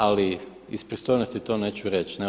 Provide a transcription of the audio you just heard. Ali iz pristojnosti to neću reć.